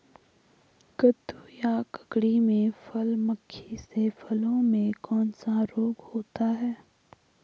कद्दू या ककड़ी में फल मक्खी से फलों में कौन सा रोग होता है?